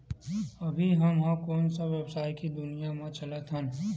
अभी हम ह कोन सा व्यवसाय के दुनिया म चलत हन?